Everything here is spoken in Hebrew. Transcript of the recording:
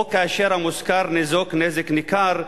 או כאשר המושכר ניזוק נזק ניכר,